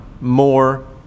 more